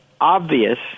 obvious